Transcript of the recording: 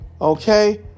Okay